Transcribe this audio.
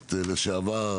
הכנסת לשעבר,